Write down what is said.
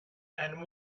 and